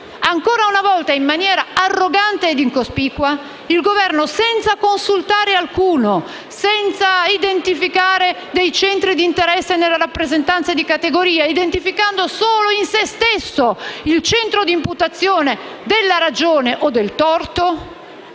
Ancora una volta, in maniera arrogante e incospicua, il Governo, senza consultare alcuno e identificare dei centri di interesse nella rappresentanza di categoria e identificando solo in se stesso il centro di imputazione della ragione o del torto,